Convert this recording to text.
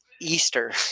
Easter